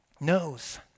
knows